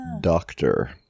doctor